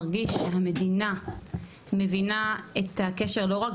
מרגיש שהמדינה מבינה את הקשר לא רק